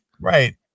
Right